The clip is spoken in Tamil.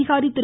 அதிகாரி திரு